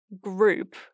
group